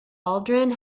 aldrin